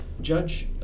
Judge